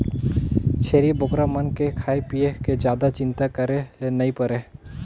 छेरी बोकरा मन के खाए पिए के जादा चिंता करे ले नइ परे